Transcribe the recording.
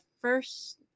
first